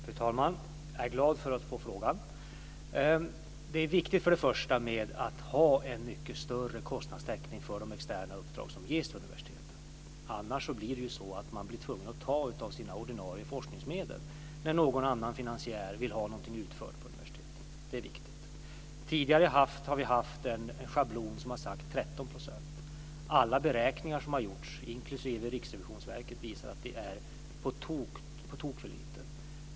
Fru talman! Jag är glad för att jag fick frågan. Det är viktigt att ha en mycket större kostnadstäckning för de externa uppdrag som ges till universiteten. Annars blir det så att man blir tvungen att ta av sina ordinarie forskningsmedel när någon annan finansiär vill ha något utfört på universitetet. Det är viktigt. Tidigare har vi haft en schablon som har sagt 13 %. Alla beräkningar som har gjorts, inklusive Riksrevisionsverkets, visar att det är på tok för lite.